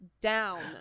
down